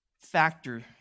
factor